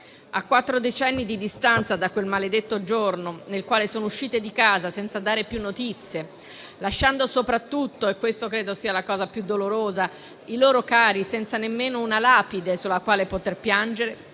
A quattro decenni di distanza da quei maledetti giorni in cui sono uscite di casa senza dare più notizie, lasciando soprattutto - e questa credo sia la cosa più dolorosa - i loro cari senza nemmeno una lapide sulla quale poter piangere,